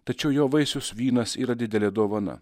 tačiau jo vaisius vynas yra didelė dovana